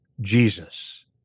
Jesus